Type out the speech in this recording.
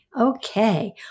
Okay